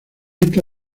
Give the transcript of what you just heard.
esta